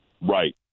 Right